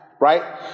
right